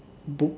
book